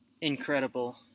Incredible